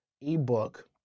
ebook